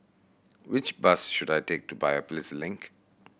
which bus should I take to Biopolis Link